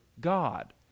God